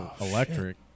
electric